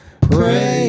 pray